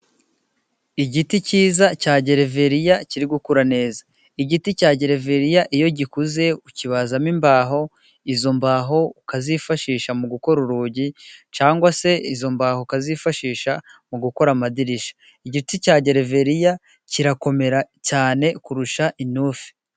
Igiti cyiza cya gereveriya kiri gukura neza, igiti cya gereveriya iyo gikuze ukibazamo imbaho, izo mbaho ukazifashisha mu gukora urugi cyangwa se izo mbaho ukazifashisha mu gukora amadirishya, igiti cya gerervea kirakomera cyane kurusha inufi.